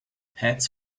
heads